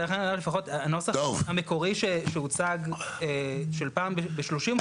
ולכן הנוסח המקומי שהוצג של פעם ב-30 חודשים.